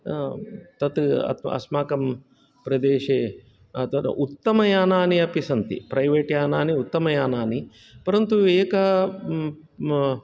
तत् अस्माकं प्रदेशे तत् उत्तमयानानि अपि सन्ति प्रैवेट् यानानि उत्तमयानानि परन्तु एक